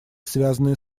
связанные